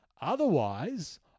Otherwise